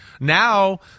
now